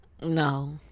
no